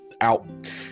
out